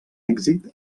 èxit